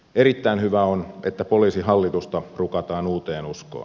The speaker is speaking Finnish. erittäin hyvää on että poliisihallitusta rukataan uuteen uskoon